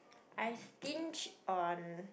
I stinge on